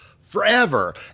forever